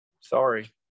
sorry